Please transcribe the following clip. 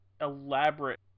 elaborate